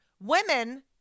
Women